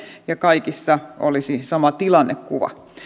ja kaikissa olisi sama tilannekuva